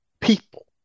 people